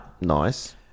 Nice